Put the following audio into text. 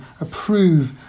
approve